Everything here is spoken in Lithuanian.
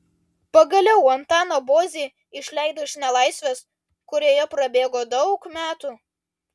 pagaliau antaną bozį išleido iš nelaisvės kurioje prabėgo daug metų